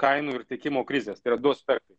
kainų ir tiekimo krizės tai yra du aspektai